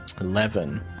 Eleven